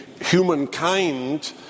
humankind